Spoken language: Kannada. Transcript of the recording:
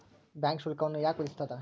ಬ್ಯಾಂಕ್ ಶುಲ್ಕವನ್ನ ಯಾಕ್ ವಿಧಿಸ್ಸ್ತದ?